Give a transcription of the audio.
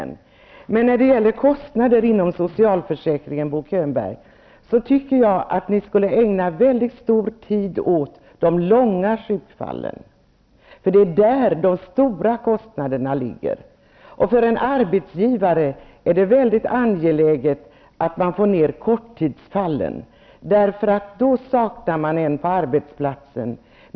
När det gäller kostnader inom socialförsäkringen, Bo Könberg, borde ni ägna mycket stor tid åt fallen med lång sjukfrånvaro. Det är där de stora kostnaderna ligger. För en arbetsgivare är det mycket angeläget att man får ner antalet korttidsfall. Det är då man saknas på arbetsplatsen.